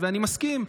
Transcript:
ואני מסכים.